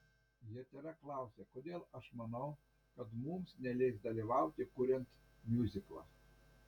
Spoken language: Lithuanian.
hetera klausia kodėl aš manau kad mums neleis dalyvauti kuriant miuziklą